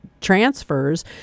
transfers